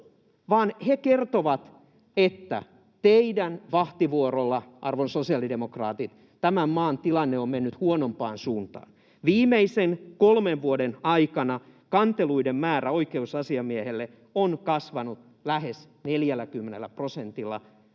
he kertovat, että teidän vahtivuorollanne, arvon sosiaalidemokraatit, tämän maan tilanne on mennyt huonompaan suuntaan. Viimeisen kolmen vuoden aikana kanteluiden määrä oikeusasiamiehelle on kasvanut lähes 40 prosentilla. Totuus